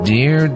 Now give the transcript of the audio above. Dear